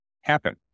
happen